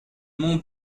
mont